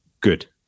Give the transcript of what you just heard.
good